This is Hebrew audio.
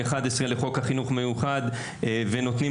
האם תוכל להגדיר שוב לוועדה מה הכוונה בסל אישי?) בוודאי.